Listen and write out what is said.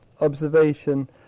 observation